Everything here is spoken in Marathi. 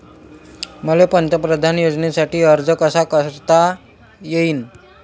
मले पंतप्रधान योजनेसाठी अर्ज कसा कसा करता येईन?